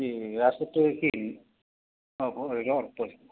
এই ৰাস্তাটো কি